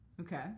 Okay